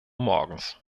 morgens